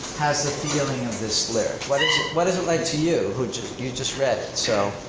has the feeling of this lyric? what is what is it like to you who just, you just read, so?